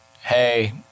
hey